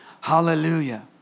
Hallelujah